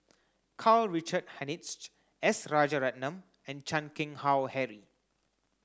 Karl Richard Hanitsch S Rajaratnam and Chan Keng Howe Harry